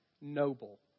noble